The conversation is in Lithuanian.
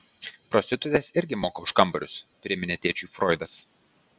prostitutės irgi moka už kambarius priminė tėčiui froidas